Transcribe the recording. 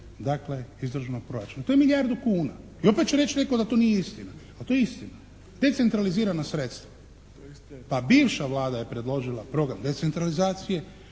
dakle iz državnog proračuna. To je milijardu kuna. I opet će reći netko da to nije istina, ali to je istina. Decentralizirana sredstva. Pa bivša Vlada je predložila program decentralizacije.